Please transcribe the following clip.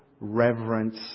reverence